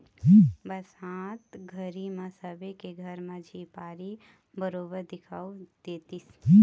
बरसात घरी म सबे के घर म झिपारी बरोबर दिखउल देतिस